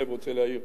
אם אדוני מסכים.